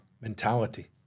mentality